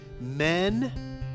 Men